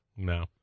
No